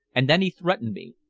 and then he threatened me.